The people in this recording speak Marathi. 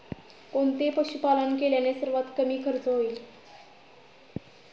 कोणते पशुपालन केल्याने सर्वात कमी खर्च होईल?